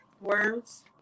words